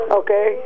okay